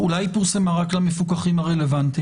אולי היא פורסמה רק למפוקחים הרלוונטיים?